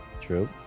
True